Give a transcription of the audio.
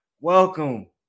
Welcome